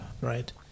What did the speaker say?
right